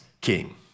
king